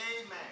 Amen